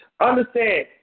Understand